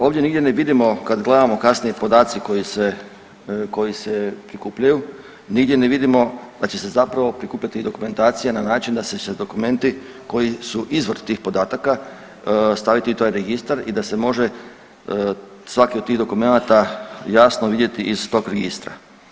Ovdje nigdje ne vidimo, kad gledamo kasnije, podaci koji se prikupljaju, nigdje ne vidimo da će zapravo prikupljati i dokumentacija na način da će se dokumenti koji su izvor tih podataka staviti u taj Registar i da se može svaki od tih dokumenata jasno vidjeti iz tog Registra.